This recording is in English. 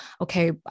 okay